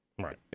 right